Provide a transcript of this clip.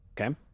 Okay